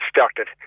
started